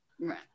Right